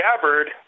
Gabbard